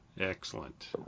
Excellent